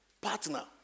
partner